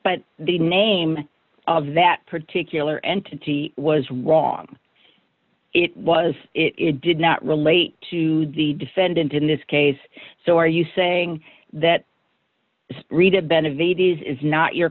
but the name of that particular entity was wrong it was it did not relate to the defendant in this case so are you saying that